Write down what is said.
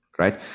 Right